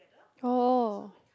oh